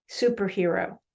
superhero